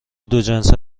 دوجنسه